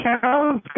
cows